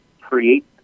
create